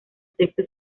sexo